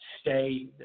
stay –